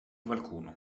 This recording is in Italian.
qualcuno